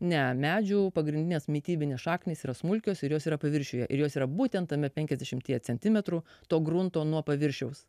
ne medžių pagrindinės mitybinės šaknys yra smulkios ir jos yra paviršiuje ir jos yra būtent tame penkiasdešimtyje centimetrų to grunto nuo paviršiaus